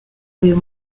uyu